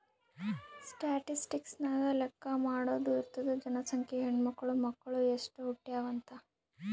statistics ನಾಗ್ ಲೆಕ್ಕಾ ಮಾಡಾದು ಇರ್ತುದ್ ಜನಸಂಖ್ಯೆ, ಹೆಣ್ಮಕ್ಳು, ಮಕ್ಕುಳ್ ಎಸ್ಟ್ ಹುಟ್ಯಾವ್ ಅಂತ್